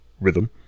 rhythm